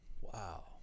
Wow